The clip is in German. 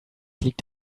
liegt